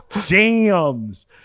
jams